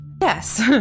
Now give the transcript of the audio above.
Yes